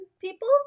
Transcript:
people